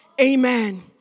Amen